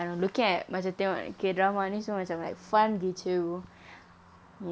I I'm looking at cause you cannot run [what] unless you wanna join like fun did you